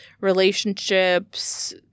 relationships